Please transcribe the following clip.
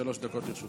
שלוש דקות לרשותך.